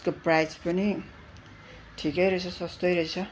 त्यसको प्राइस पनि ठिकै रहेछ सस्तै रहेछ